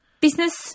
business